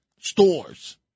stores